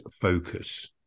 focus